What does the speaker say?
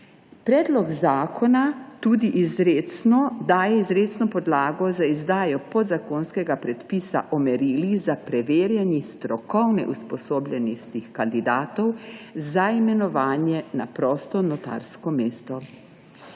Predlog zakona tudi daje izrecno podlago za izdajo podzakonskega predpisa o merilih za preverjanje strokovne usposobljenosti kandidatov za imenovanje na prosto notarsko mesto.